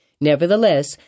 Nevertheless